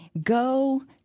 Go